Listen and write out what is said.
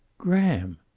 graham!